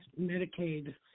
Medicaid